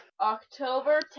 October